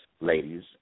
ladies